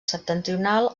septentrional